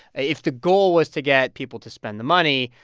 if the goal was to get people to spend the money,